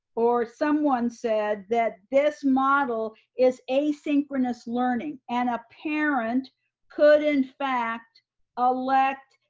or someone said that this model is asynchronous learning and a parent could in fact elect,